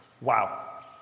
Wow